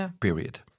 period